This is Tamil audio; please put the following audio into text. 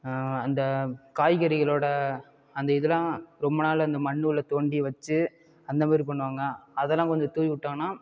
அந்த காய்கறிகளோட அந்த இதெலாம் ரொம்ப நாள் அந்த மண்ணுள்ள தோண்டி வச்சு அந்த மாதிரி பண்ணுவாங்க அதெல்லாம் கொஞ்சம் தூவிவிட்டோன்னா